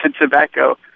tobacco